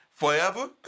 forever